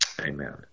Amen